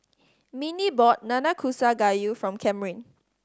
Mindy bought Nanakusa Gayu for Camryn